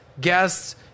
guests